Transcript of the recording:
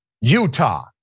Utah